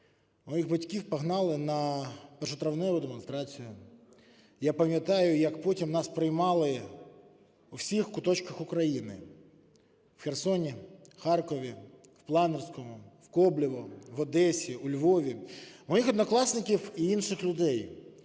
моїх батьків погнали на першотравневу демонстрацію. Я пам'ятаю, як потім нас приймали в усіх куточках України: в Херсоні, Харкові, в Планерському, в Коблевому, в Одесі, у Львові - моїх однокласників і інших людей.